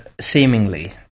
seemingly